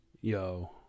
yo